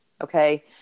okay